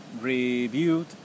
reviewed